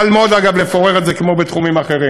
קל מאוד, אגב, לפורר את זה, כמו בתחומים אחרים.